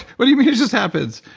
what do you mean it just happens?